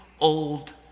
old